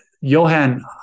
Johan